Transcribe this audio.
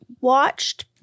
watched